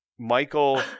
Michael